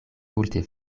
multe